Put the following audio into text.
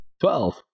Twelve